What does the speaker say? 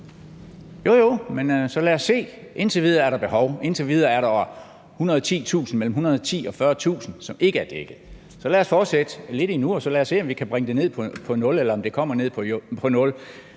Jo, jo, men så lad os se. Indtil videre er der et behov. Indtil videre er der mellem 110.000 og 140.000, som ikke er dækket. Lad os fortsætte lidt endnu, og så lad os se, om vi kan bringe det ned på nul, eller om det kommer ned på